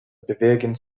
bewegen